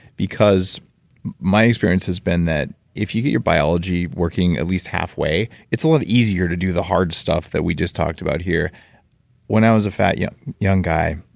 because my experience has been that if you get your biology working at least halfway, it's a lot easier to do the hard stuff that we just talked about here when i was a fat, young young guy,